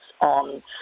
on